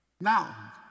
Now